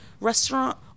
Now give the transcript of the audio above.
restaurant